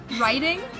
writing